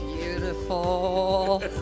beautiful